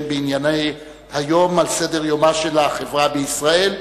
בענייני היום ועל סדר-יומה של החברה בישראל,